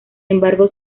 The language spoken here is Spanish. embargo